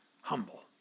humble